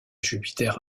jupiter